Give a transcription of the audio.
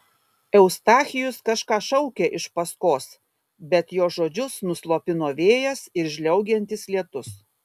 eustachijus kažką šaukė iš paskos bet jo žodžius nuslopino vėjas ir žliaugiantis lietus